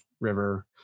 river